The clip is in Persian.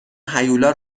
هیولا